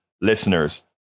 listeners